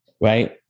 Right